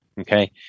Okay